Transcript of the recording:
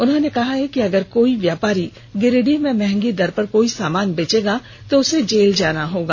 उन्होंने कहा कि अगर कोई व्यापारी गिरिडीह में महंगी दर पर कोई सामान बेचेगा तो उसे जेल जाना होगा